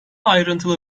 ayrıntılı